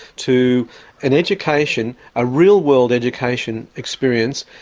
to an education, a real world education experience,